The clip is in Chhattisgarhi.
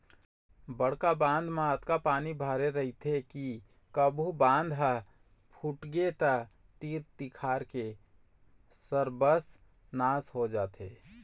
बड़का बांध म अतका पानी भरे रहिथे के कभू बांध ह फूटगे त तीर तखार के सरबस नाश हो जाही